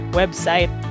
website